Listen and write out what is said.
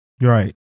Right